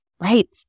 Right